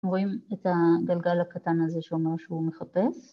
רואים את הגלגל הקטן הזה שאומר שהוא מחפש?